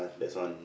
that's one